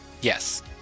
Yes